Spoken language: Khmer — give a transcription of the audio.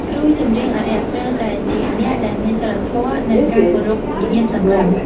គ្រូចម្រៀងអារក្ស ត្រូវតែជាអ្នកដែលមានសីលធម៌ និងការគោរពវិន័យតឹងរ៉ឹង។